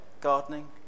gardening